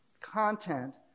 content